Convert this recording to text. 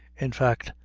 in fact,